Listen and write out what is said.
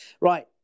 Right